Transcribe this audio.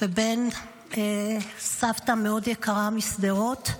ואם סבתא יקרה מאוד משדרות,